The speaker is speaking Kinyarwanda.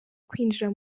kwinjira